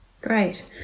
great